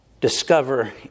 discover